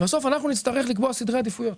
ובסוף נצטרך לקבוע סדרי עדיפויות.